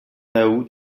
août